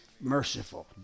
merciful